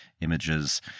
Images